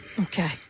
Okay